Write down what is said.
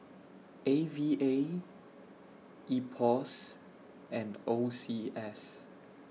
A V A Ipos and O C S